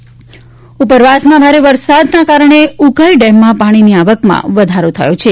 dam ઉપરવાસમાં ભારે વરસાદના કારણે ઉકાઈ ડેમમાં પાણીની આવકમાં વધારો થયો છે